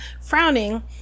frowning